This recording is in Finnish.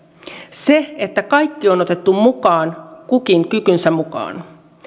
se että kaikki on otettu mukaan kukin kykynsä mukaan